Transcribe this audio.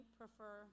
prefer